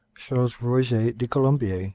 charles roger de colombiers,